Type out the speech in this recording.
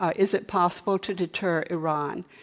ah is it possible to deter iran?